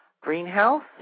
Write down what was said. greenhouse